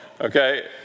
okay